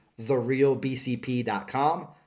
TherealBCP.com